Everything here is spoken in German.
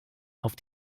auf